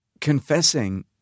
confessing